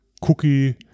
Cookie